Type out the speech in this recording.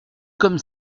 comme